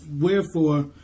wherefore